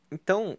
Então